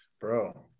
Bro